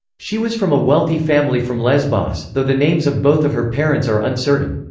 she was from a wealthy family from lesbos, though the names of both of her parents are uncertain.